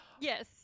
Yes